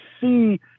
see